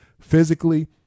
physically